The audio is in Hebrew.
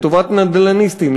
לטובת נדל"ניסטים,